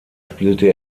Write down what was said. spielte